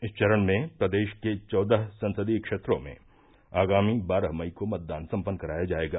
इस चरण में प्रदेश के चौदह संसदीय क्षेत्रों में आगामी बारह मई को मतदान सम्पन्न कराया जायेगा